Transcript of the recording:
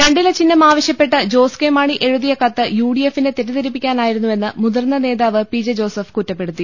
രണ്ടില ്ചിഹ്നം ആവശ്യപ്പെട്ട് ജോസ് കെ മാണി എഴുതിയ കത്ത് യു ഡി എഫിനെ തെറ്റിദ്ധരിപ്പിക്കാനായിരുന്നു വെന്ന് മുതിർന്ന നേതാവ് പി ജെ ജോസഫ് കുറ്റപ്പെടുത്തി